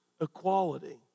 equality